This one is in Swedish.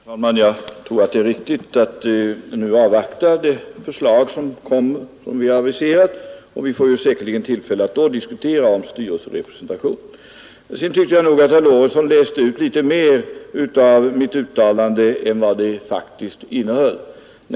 Herr talman! Jag tror det är riktigt att nu avvakta de förslag som kommer och som vi har aviserat. Vi får säkerligen tillfälle att då diskutera styrelserepresentationen. Jag tyckte nog att herr Lorentzon läste ut litet mer av mitt uttalande än vad det faktiskt innehöll.